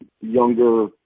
younger